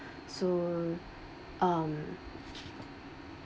so um